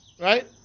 right